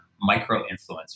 micro-influencers